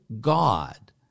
God